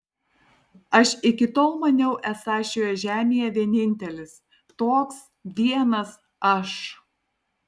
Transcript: aš iki tol maniau esąs šioje žemėje vienintelis toks vienas aš